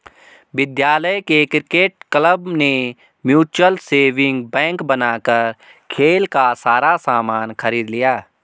विद्यालय के cricket club ने म्यूचल सेविंग बैंक बनाकर खेल का सारा सामान खरीद लिया